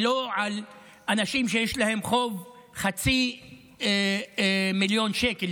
ולא על אנשים שיש להם חוב של חצי מיליון שקל,